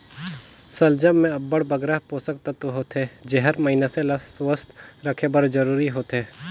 सलजम में अब्बड़ बगरा पोसक तत्व होथे जेहर मइनसे ल सुवस्थ रखे बर जरूरी होथे